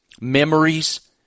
memories